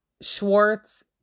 Schwartz